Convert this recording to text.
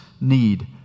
need